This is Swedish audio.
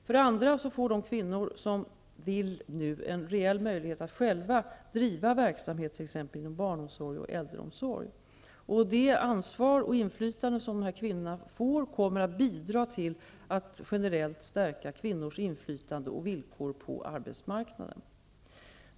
För det andra får de kvinnor som vill nu en reell möjlighet att själva driva verksamhet, t.ex. inom barnomsorg och äldreomsorg. Det ansvar och inflytande som dessa kvinnor får kommer att bidra till att generellt stärka kvinnors inflytande och villkor på arbetsmarknaden.